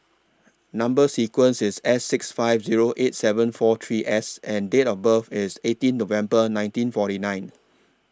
Number sequence IS S six five Zero eight seven four three S and Date of birth IS eighteen November nineteen forty nine